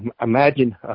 imagine